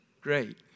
great